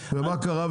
ומה קרה?